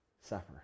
suffer